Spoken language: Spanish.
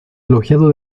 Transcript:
elogiado